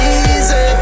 easy